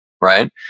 Right